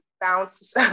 bounce